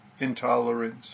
intolerance